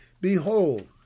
Behold